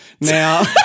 now